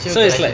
so it's like